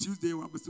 Tuesday